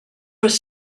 was